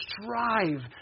strive